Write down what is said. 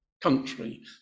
country